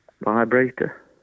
Vibrator